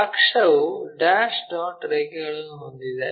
ಅಕ್ಷವು dash dot ರೇಖೆಯನ್ನು ಹೊಂದಿದೆ